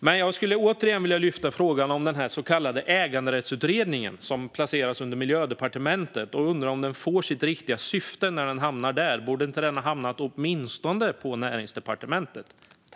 Men jag skulle återigen vilja lyfta frågan om den så kallade äganderättsutredningen, som placerats under Miljödepartementet. Jag undrar om den fyller sitt syfte när den hamnat där. Borde den inte ha hamnat åtminstone på Näringsdepartementet?